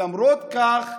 למרות זאת,